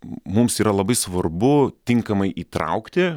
mums yra labai svarbu tinkamai įtraukti